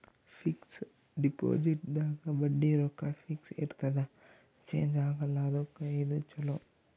fix deposit ದಾಗ ಬಡ್ಡಿ ರೊಕ್ಕ ಫಿಕ್ಸ್ ಇರ್ತದ ಚೇಂಜ್ ಆಗಲ್ಲ ಅದುಕ್ಕ ಇದು ಚೊಲೊ